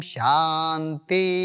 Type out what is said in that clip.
Shanti